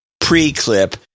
pre-clip